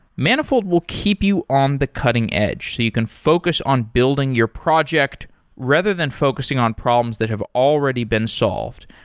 manifold will keep you on the cutting-edge so you can focus on building your project rather than focusing on problems that have already been solved.